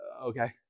Okay